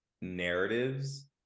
narratives